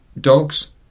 Dogs